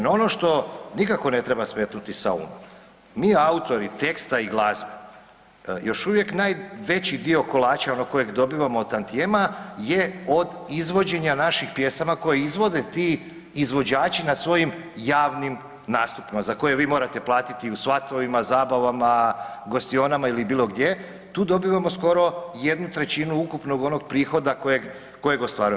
No ono što nikako ne treba smetnutni sa uma, mi autori teksta i glazbe još uvijek najveći dio kolača onog kojeg dobivamo od tantijema je od izvođenja naših pjesama koje izvode ti izvođači na svojim javnim nastupima za koje vi morate platiti u svatovima, zabavama, gostionama ili bilo gdje, tu dobivamo 1/3 ukupnog onog prihoda kojeg ostvarujemo.